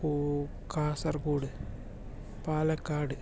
Kasaragod Palakkad